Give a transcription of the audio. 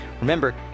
remember